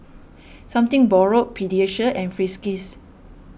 Something Borrowed Pediasure and Friskies